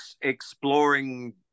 exploring